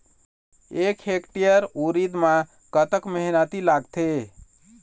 एक हेक्टेयर उरीद म कतक मेहनती लागथे?